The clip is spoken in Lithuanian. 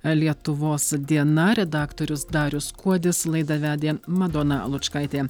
lietuvos diena redaktorius darius kuodis laidą vedė madona lučkaitė